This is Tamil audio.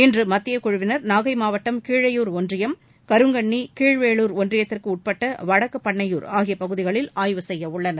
இன்று மத்திய குழுவின் நாகை மாவட்டம் கீழையூர் ஒன்றியம் கருங்கன்னி கீழ்வேளூர் ஒன்றியத்திற்குட்பட்ட வடக்குபண்ணையூர் ஆகிய பகுதிகளில் ஆய்வு செய்ய உள்ளனர்